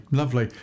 lovely